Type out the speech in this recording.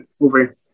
Over